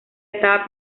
estaba